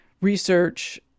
research